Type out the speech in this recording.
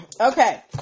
Okay